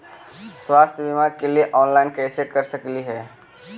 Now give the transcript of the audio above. स्वास्थ्य बीमा के लिए ऑनलाइन कैसे कर सकली ही?